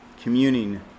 communing